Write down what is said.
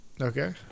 Okay